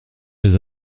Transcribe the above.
des